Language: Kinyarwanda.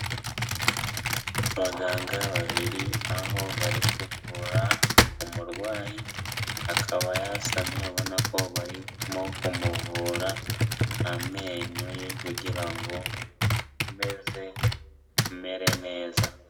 Abaganga babiri aho bari kuvura umurwayi, akaba yasamye ubona ko barimo kumuvura amenyo ye kugira ngo akomeze amere neza.